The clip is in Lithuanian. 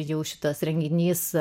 jau šitas renginys